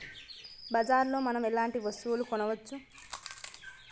బజార్ లో మనం ఎలాంటి వస్తువులు కొనచ్చు?